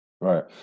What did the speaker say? Right